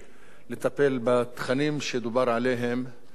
שדובר עליהם ובסעיפים שמדובר עליהם,